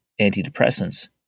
antidepressants